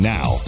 Now